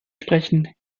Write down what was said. sprechen